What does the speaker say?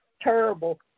Terrible